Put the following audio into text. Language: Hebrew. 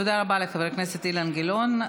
תודה רבה לחבר הכנסת אילן גילאון.